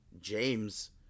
James